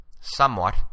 somewhat